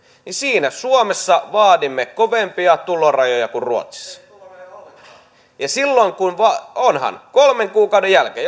niin siinä suomessa vaadimme kovempia tulorajoja kuin ruotsissa onhan kolmen kuukauden jälkeen